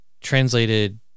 translated